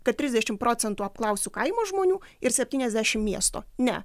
kad trisdešim procentų apklausiu kaimo žmonių ir septyniasdešim miesto ne